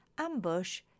Ambush